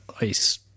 ice